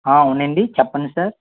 అవునండి చెప్పండి సార్